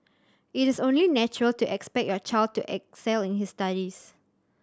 it is only natural to expect your child to excel in his studies